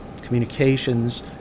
communications